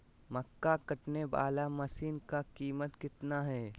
मक्का कटने बाला मसीन का कीमत कितना है?